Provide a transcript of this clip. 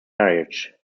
marriage